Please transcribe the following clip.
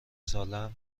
سالهام